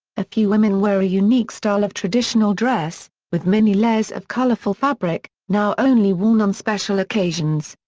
a few women wear a unique style of traditional dress, with many layers of colourful fabric, now only worn on special occasions.